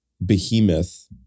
Behemoth